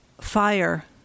fire